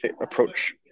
approach